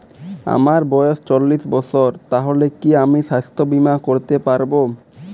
আমার বয়স চল্লিশ বছর তাহলে কি আমি সাস্থ্য বীমা করতে পারবো?